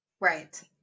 Right